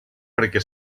perquè